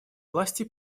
власти